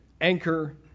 anchor